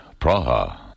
Praha